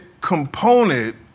component